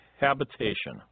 habitation